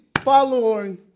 following